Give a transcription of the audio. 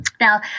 Now